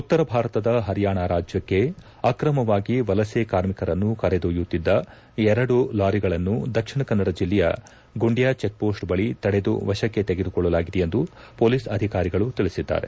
ಉತ್ತರಭಾರತದ ಪರಿಯಾಣ ರಾಜ್ಯಕ್ಷೆ ಆಕ್ರಮವಾಗಿ ವಲಸೆ ಕಾರ್ಮಿಕರನ್ನು ಕರೆದೊಯ್ಯುತ್ತಿದ್ದ ಎರಡು ಲಾರಿಗಳನ್ನು ದಕ್ಷಿಣ ಕನ್ನಡ ಜಿಲ್ಲೆಯ ಗುಂಡ್ಯಾ ಚೆಕ್ಪೋಸ್ಟ್ ಬಳಿ ತಡೆದು ವಶಕ್ಕೆ ತೆಗೆದುಕೊಳ್ಳಲಾಗಿದೆ ಎಂದು ಪೊಲೀಸ್ ಅಧಿಕಾರಿಗಳು ತಿಳಿಸಿದ್ದಾರೆ